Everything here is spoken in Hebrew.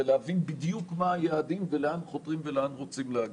להבין בדיוק מה היעדים ולאן חותרים ורוצים להגיע.